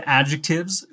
adjectives